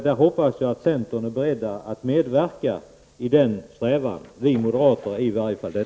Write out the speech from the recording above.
Jag hoppas att centern är beredd att medverka i denna strävan. I varje fall är vi moderater det.